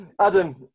Adam